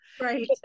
right